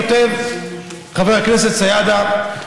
כותב חבר הכנסת סידה,